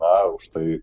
na už tai